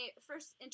first